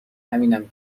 همینم